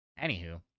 Anywho